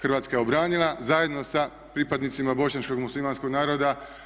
Hrvatska je obranila zajedno sa pripadnicima bošnjačkog muslimanskog naroda.